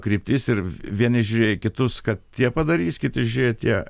kryptis ir vieni žiūrėjo į kitus kad tie padarys kiti žiūrėjo tie